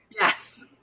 Yes